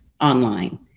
online